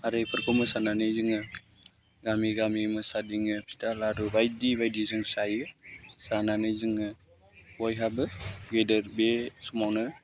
आरो बेफोरखौ मोसानानै जोङो गामि गामि मोसादिङो फिथा लारु बायदि बायदि जों जायो जानानै जोङो बयहाबो बे समावनो